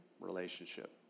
Relationship